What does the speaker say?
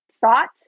thought